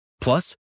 Plus